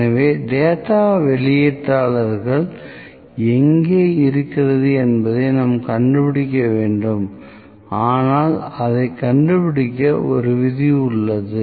எனவே டேட்டா வெளியீட்டாளர் எங்கே இருக்கிறது என நாம் கண்டுபிடிக்க வேண்டும் ஆனால் அதை கண்டு பிடிக்க ஒரு விதி உள்ளது